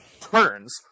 turns